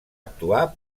actuar